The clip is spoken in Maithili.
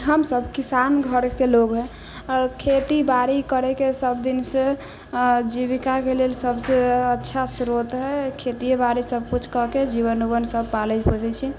हमसब किसान घर के लोग है आओर खेती बारी करे के सब दिन से जीविका के लेल सबसे अच्छा स्रोत है खेतिए बारी सब कुछ कऽ के जीवन उवन सब पालै पोसै छी